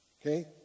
Okay